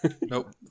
Nope